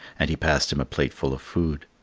and he passed him a plateful of food.